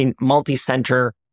multi-center